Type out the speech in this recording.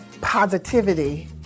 positivity